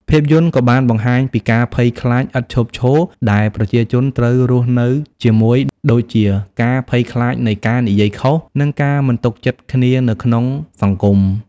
ភាពយន្តក៏បានបង្ហាញពី ការភ័យខ្លាចឥតឈប់ឈរ ដែលប្រជាជនត្រូវរស់នៅជាមួយ ដូចជាការភ័យខ្លាចនៃការនិយាយខុស និងការមិនទុកចិត្តគ្នានៅក្នុងសង្គម។